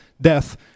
death